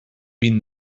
been